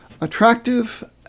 attractive